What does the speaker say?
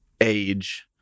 age